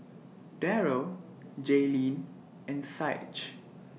Darryll Jayleen and Saige